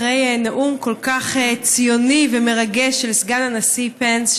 אחרי נאום כל כך ציוני ומרגש של סגן הנשיא פנס,